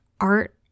art